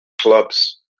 clubs